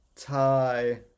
tie